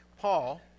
Paul